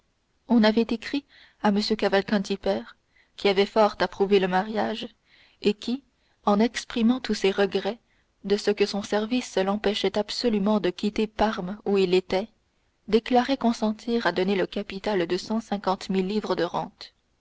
on avait écrit à m cavalcanti père qui avait fort approuvé le mariage et qui en exprimant tous ses regrets de ce que son service l'empêchait absolument de quitter parme où il était déclarait consentir à donner le capital de cent cinquante mille livres de rente